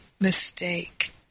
mistake